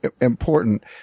important